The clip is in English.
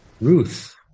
Ruth